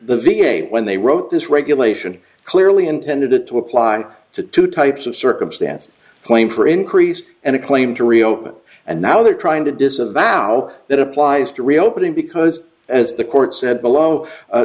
the v a when they wrote this regulation clearly intended it to apply to two types of circumstance claim for increase and a claim to reopen and now they're trying to disavow that applies to reopening because as the court said below